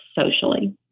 socially